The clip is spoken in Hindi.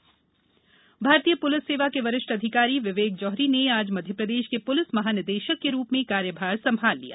डीजीपी भारतीय पुलिस सेवा के वरिष्ठ अधिकारी विवेक जौहरी ने आज मध्यप्रदेश के पुलिस महानिदेशक के रूप में कार्यभार संभाल लिया